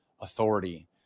authority